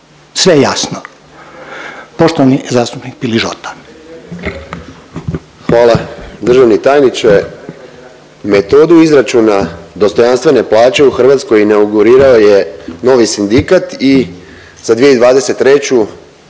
sve je jasno. Poštovani zastupnik Piližota. **Piližota, Boris (SDP)** Hvala. Državni tajniče, metodu izračuna dostojanstvene plaće u Hrvatskoj inaugurirao je novi sindikat i za 2023.